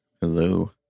Hello